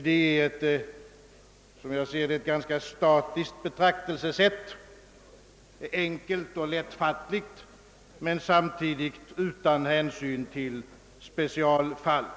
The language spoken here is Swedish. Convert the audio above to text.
Som jag ser det, är detta ett ganska statiskt betraktelsesätt, enkelt och lättfattligt men samtidigt utan hänsyn till specialfallen.